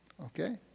Okay